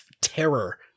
terror